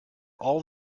all